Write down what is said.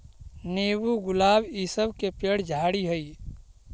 नींबू, गुलाब इ सब के पेड़ झाड़ि हई